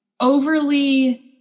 overly